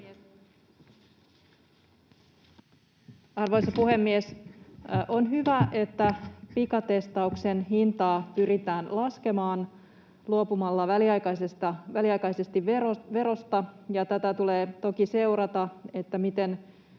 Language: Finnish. Arvoisa puhemies! On hyvä, että pikatestauksen hintaa pyritään laskemaan luopumalla väliaikaisesti verosta. Tätä tulee toki seurata, miten